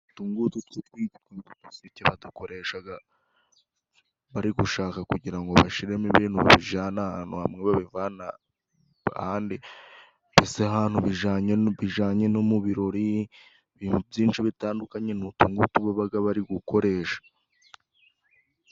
Utu ng'utu two twitwa uduseke, badukoreshaga bari gushaka kugira ngo bashiremo ibintu babijane ahantu hamwe babivane aha ahandi mbese ahantu bijanye na bijanye no mu birori, ibintu byinshi bitandukanye ni utu ng'utu babaga bari gukoresha.